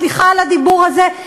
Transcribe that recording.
סליחה על הדיבור הזה,